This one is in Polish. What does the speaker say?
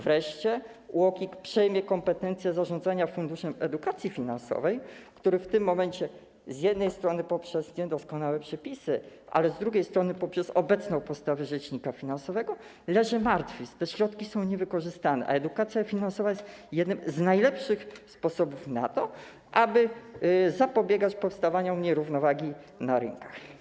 Wreszcie UOKiK przejmie kompetencje zarządzania Funduszem Edukacji Finansowej, który w tym momencie z jednej strony poprzez niedoskonałe przepisy, ale z drugiej strony poprzez obecną postawę rzecznika finansowego leży martwy, te środki są niewykorzystane, a edukacja finansowa jest jednym z najlepszych sposobów na to, aby zapobiegać powstawaniu nierównowagi na rynkach.